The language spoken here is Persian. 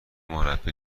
مربی